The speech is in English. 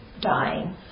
dying